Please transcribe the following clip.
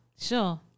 Sure